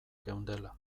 geundela